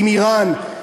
עם איראן,